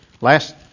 Last